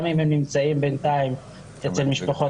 גם אם הם נמצאים בינתיים אצל משפחות,